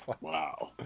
Wow